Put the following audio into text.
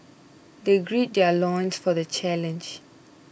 they gird their loins for the challenge